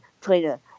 trainer